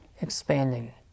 expanding